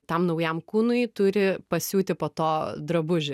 tam naujam kūnui turi pasiūti po to drabužį